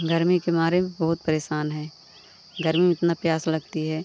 गर्मी के मारे भी बहुत परेशान हैं गर्मी में इतनी प्यास लगती है